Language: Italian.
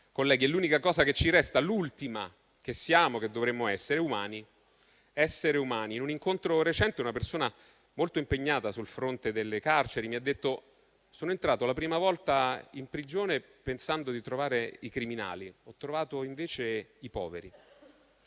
colleghi, è l'unica cosa che ci resta, l'ultima che siamo e che dovremmo essere: umani, esseri umani. In un incontro recente, una persona molto impegnata sul fronte delle carceri mi ha detto: "Sono entrato la prima volta in prigione pensando di trovare i criminali, ho trovato invece i poveri".